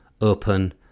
open